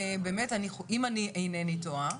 אם אני אינני טועה,